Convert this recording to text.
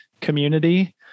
community